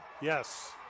Yes